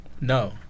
No